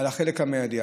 בחלק המיידי.